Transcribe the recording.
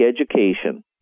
education